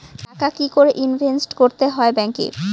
টাকা কি করে ইনভেস্ট করতে হয় ব্যাংক এ?